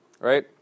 right